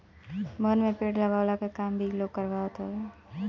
वन में पेड़ लगवला के काम भी इ लोग करवावत हवे